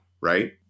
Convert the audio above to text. right